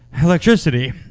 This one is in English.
Electricity